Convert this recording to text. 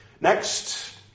Next